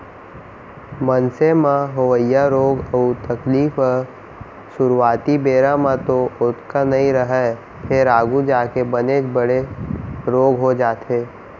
मनसे म होवइया रोग अउ तकलीफ ह सुरूवाती बेरा म तो ओतका नइ रहय फेर आघू जाके बनेच बड़े रोग हो जाथे